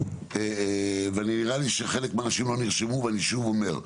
ונראה לי שחלק מהאנשים לא נרשמו ואני שוב אומר,